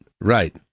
right